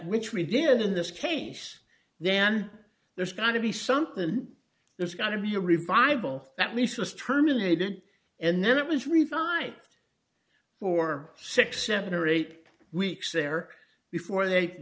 which we did in this case then there's got to be something there's got to be a revival that lease was terminated and then it was revived for sixty seven dollars or eight weeks there before they